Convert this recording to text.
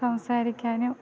സംസാരിക്കാനും